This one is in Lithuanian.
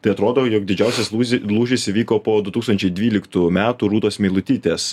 tai atrodo jog didžiausias lūzi lūžis įvyko po du tūkstančiai dvyliktų metų rūtos meilutytės